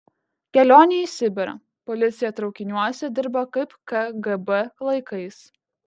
kelionė į sibirą policija traukiniuose dirba kaip kgb laikais